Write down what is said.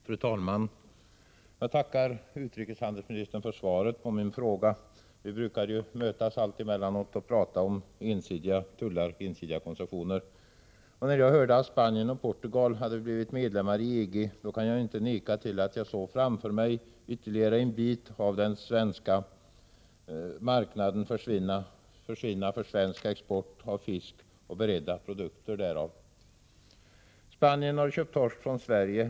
Fru talman! Jag tackar utrikeshandelsministern för svaret på min fråga. Vi brukar ju mötas allt emellanåt och prata om ensidiga tullar och ensidiga koncessioner. När jag hörde att Spanien och Portugal hade blivit medlemmar i EG kan jag inte neka till att jag framför mig såg ytterligare en bit av den svenska marknaden för export av fisk och beredda produkter därav försvinna. Spanien har köpt torsk från Sverige.